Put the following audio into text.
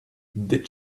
did